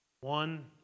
one